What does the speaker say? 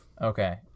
Okay